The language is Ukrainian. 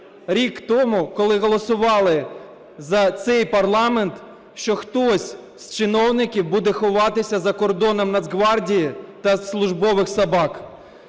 рік тому, коли голосували за цей парламент, що хтось з чиновників буде ховатися за кордоном Нацгвардії та службових собак?